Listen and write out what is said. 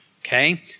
okay